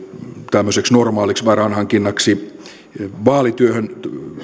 tämmöiseksi normaaliksi varainhankinnaksi